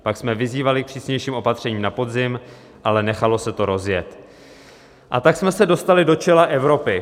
Pak jsme vyzývali k přísnějším opatřením na podzim, ale nechalo se to rozjet, a tak jsme se dostali do čela Evropy.